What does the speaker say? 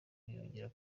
yongeye